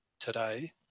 today